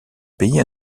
pays